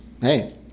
hey